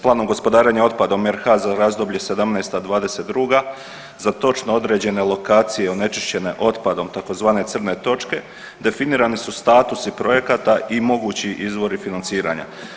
Planom gospodarenja otpadom RH za razdoblje '17.-'22. za točno određene lokacije onečišćene otpadom tzv. crne točke definirani su statusi projekata i mogući izvori financiranja.